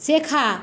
শেখা